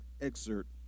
excerpt